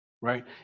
right